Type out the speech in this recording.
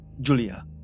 Julia